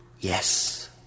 Yes